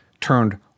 turned